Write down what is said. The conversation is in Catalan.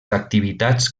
activitats